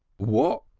what!